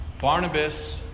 Barnabas